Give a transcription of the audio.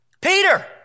Peter